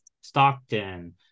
Stockton